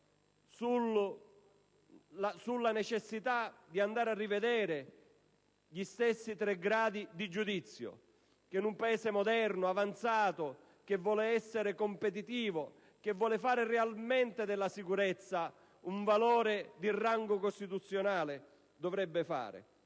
sulla necessità di rivedere gli stessi tre gradi di giudizio che un Paese moderno, avanzato, che vuole essere competitivo e che intende realmente dare alla sicurezza un valore di rango costituzionale, dovrebbe fare.